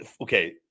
okay